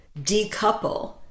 decouple